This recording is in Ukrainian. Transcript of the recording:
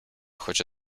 хоче